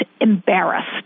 embarrassed